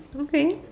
okay